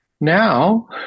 Now